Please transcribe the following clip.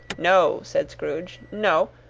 no, said scrooge, no.